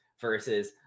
versus